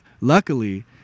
luckily